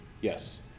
Yes